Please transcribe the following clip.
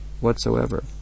whatsoever